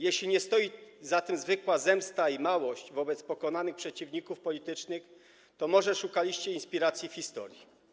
Jeśli nie stoi za tym zwykła zemsta i małość wobec pokonanych przeciwników politycznych, to może szukaliście inspiracji w historii?